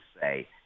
say